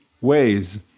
ways